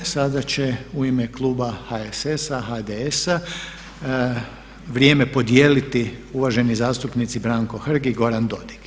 Sada će u ime kluba HSS-a, HDS-a vrijeme podijeliti uvaženi zastupnici Branko Hrg i Goran Dodig.